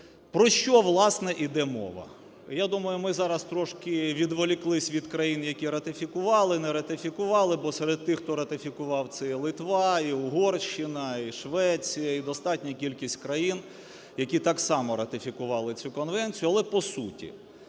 Про що, власне, іде мова? Я думаю, ми зараз трошки відволіклися від країн, які ратифікували, не ратифікували, бо серед тих, хто ратифікував, це і Литва, і Угорщина, і Швеція, і достатня кількість країн, які так само ратифікували цю конвенцію. Але по-суті,